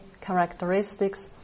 characteristics